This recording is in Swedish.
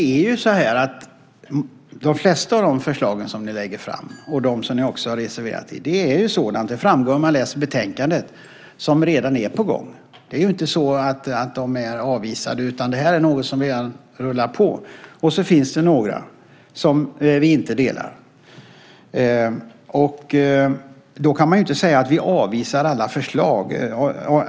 Fru talman! De flesta av de förslag som ni lägger fram och som ni har reserverat er för gäller sådant - det framgår om man läser betänkandet - som redan är på gång. De är inte avvisade, utan det här är något som redan rullar på. Det finns också några förslag som vi inte delar. Då kan man inte säga att vi avvisar alla förslag.